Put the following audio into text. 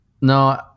No